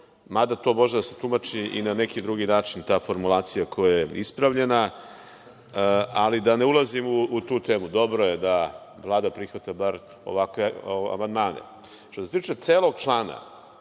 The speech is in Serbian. mada to može da se tumači i na neki drugi način, ta formulacija koja je ispravljena, ali da ne ulazim u tu temu. Dobro je da Vlada prihvata bar ovakve amandmane. Što se tiče celog člana,